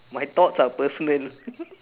my thoughts are personal